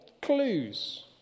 clues